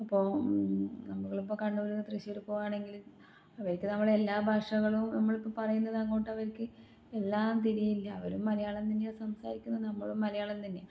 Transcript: അപ്പോൾ നമ്മൾ കണ്ണൂരിൽ നിന്ന് തൃശ്ശൂർ പോവുകയാണെങ്കിൽ അവർക്ക് നമ്മൾ എല്ലാ ഭാഷകളും നമ്മളിപ്പോൾ പറയുന്നത് അങ്ങോട്ടവർക്ക് എല്ലാം തിരിയില്ല അവരും മലയാളം തന്നെയാണ് സംസാരിക്കുന്നത് നമ്മളും മലയാളം തന്നെയാണ്